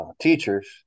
teachers